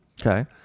Okay